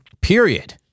period